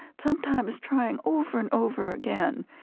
sometimes trying over and over again.